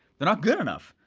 they're not good enough!